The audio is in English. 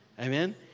Amen